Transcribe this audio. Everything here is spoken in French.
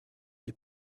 des